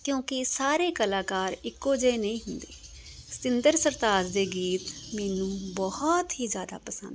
ਕਿਉਂਕਿ ਸਾਰੇ ਕਲਾਕਾਰ ਇੱਕੋ ਜਿਹੇ ਨਹੀਂ ਹੁੰਦੇ ਸਤਿੰਦਰ ਸਰਤਾਜ ਦੇ ਗੀਤ ਮੈਨੂੰ ਬਹੁਤ ਹੀ ਜ਼ਿਆਦਾ ਪਸੰਦ ਹਨ